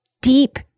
deep